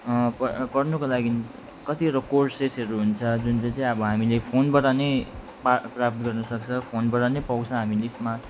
प पढनुको लागि कतिवडा कोर्सेसहरू हुन्छ जुन चाहिँ अब हामीले फोनबाट पनि पा प्राप्त गर्न सक्छ फोनबाट नै पाउँछ हामी लिजमा